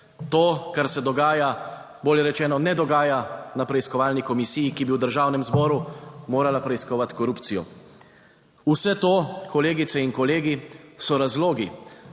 To, kar se dogaja, bolje rečeno ne dogaja na preiskovalni komisiji. Ki bi v Državnem zboru morala preiskovati korupcijo. Vse to, kolegice in kolegi, so razlogi,